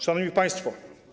Szanowni Państwo!